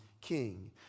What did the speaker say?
king